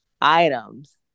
items